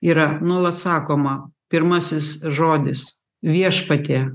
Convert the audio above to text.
yra nuolat sakoma pirmasis žodis viešpatie